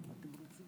כל ציוץ,